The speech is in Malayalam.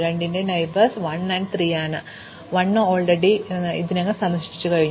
അതിനാൽ 2 ന്റെ അയൽക്കാർ 1 ഉം 3 ഉം ആണ് 1 ഇതിനകം സന്ദർശിച്ചു 3 ഇല്ല